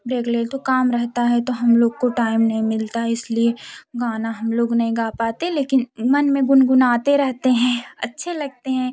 डेकले तो काम रहता है तो हम लोग को टाइम नहीं मिलता है इसलिए गाना हम लोग नहीं गा पाते लेकिन मन में गुनगुनाते रहते हैं अच्छे लगते हैं